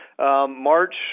March